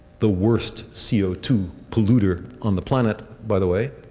the worst c o two polluter on the planet by the way,